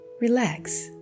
Relax